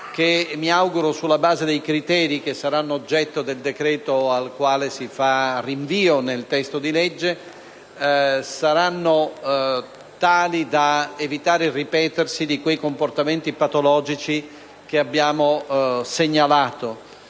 mi auguro, sulla base di criteri che saranno oggetto del decreto al quale si fa rinvio nel testo di legge, saranno tali da evitare il ripetersi di quei comportamenti patologici che abbiamo segnalato,